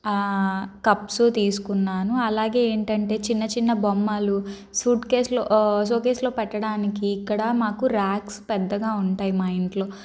cups తీసుకున్నాను అలాగే ఏంటంటే చిన్న చిన్న బొమ్మలు సూట్ కేసులో షోకేస్లో పెట్టడానికి ఇక్కడ మాకు ర్యాక్స్ పెద్దగా ఉంటాయి మా ఇంట్లో